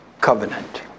covenant